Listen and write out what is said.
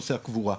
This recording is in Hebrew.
נושא הקבורה.